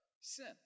sin